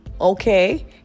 okay